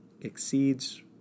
Exceeds